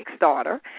Kickstarter